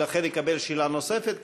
ולכן יקבל שאלה נוספת,